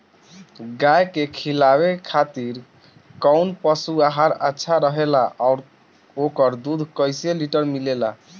गाय के खिलावे खातिर काउन पशु आहार अच्छा रहेला और ओकर दुध कइसे लीटर मिलेला?